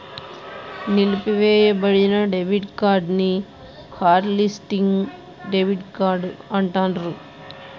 నిలిపివేయబడిన debit card ని hot listing debit card అంటాండ్రు